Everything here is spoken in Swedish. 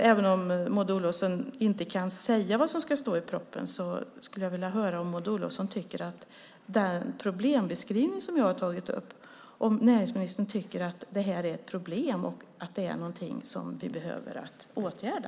Även om Maud Olofsson inte kan säga vad som ska stå i propositionen skulle jag vilja höra om hon tycker att den problembeskrivning jag gör är riktig. Tycker näringsministern att detta är problem som vi behöver åtgärda?